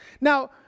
Now